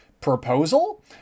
proposal